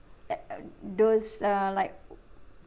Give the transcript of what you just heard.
uh uh those uh like